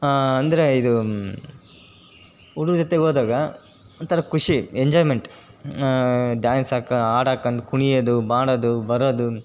ಅಂದರೆ ಇದು ಹುಡುಗ್ರು ಜೊತೆಗೆ ಹೋದಾಗ ಒಂಥರ ಖುಷಿ ಎಂಜಾಯ್ಮೆಂಟ್ ಡಾನ್ಸ್ ಹಾಕಿ ಹಾಡಾಕ್ಕಂಡ್ ಕುಣ್ಯೋದು ಮಾಡೋದು ಬರೋದು